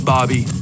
Bobby